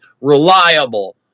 reliable